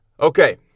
Okay